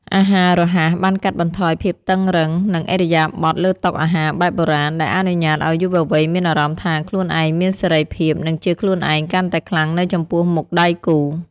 អាហាររហ័សបានកាត់បន្ថយភាពតឹងរ៉ឹងនៃឥរិយាបថលើតុអាហារបែបបុរាណ ដែលអនុញ្ញាតឱ្យយុវវ័យមានអារម្មណ៍ថាខ្លួនឯងមានសេរីភាព និងជាខ្លួនឯងកាន់តែខ្លាំងនៅចំពោះមុខដៃគូ។